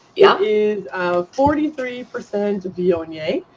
yeah is forty three percent viognier,